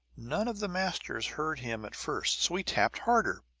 none of the masters heard him at first so he tapped harder.